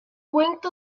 winked